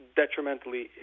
detrimentally